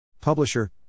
Publisher